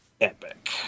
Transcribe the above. epic